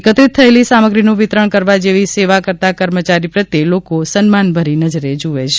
એકત્રિત થયેલી સામગ્રીનું વિતરણ કરવા જેવી સેવા કરતાં કર્મચારી પ્રત્યે લોકો સન્માનભરી નજરે જુવે છે